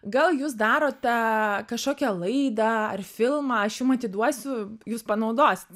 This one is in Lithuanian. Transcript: gal jūs darote kažkokią laidą ar filmą aš jum atiduosiu jūs panaudosit